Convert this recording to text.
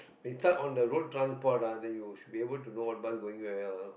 with so~ on the road transport lah then you should be able to know what bus going where ya lah